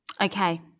Okay